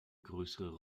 größere